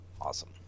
Awesome